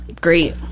Great